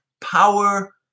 power